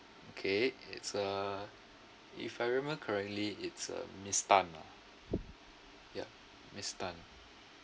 okay it's uh if I remember correctly it's uh miss tan ah ya miss tan